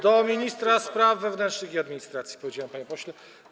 Do ministra spraw wewnętrznych i administracji, powiedziałem, panie pośle.